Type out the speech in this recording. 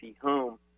Home